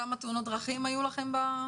כמה תאונות דרכים היו לכם?